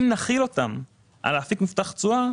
אם נחיל אותן על אפיק מובטח תשואה,